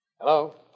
Hello